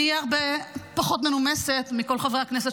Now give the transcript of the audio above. אני אהיה הרבה פחות מנומסת מכל חברי הכנסת